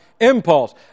impulse